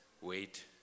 wait